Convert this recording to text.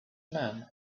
man